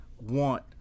want